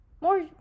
more